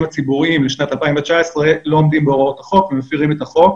הציבוריים לשנת 2019 לא עומדים בהוראות החוק ומפרים את החוק